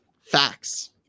Facts